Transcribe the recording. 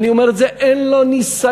אני אומר את זה: אין לו ניסיון.